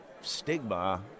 stigma